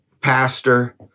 pastor